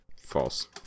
False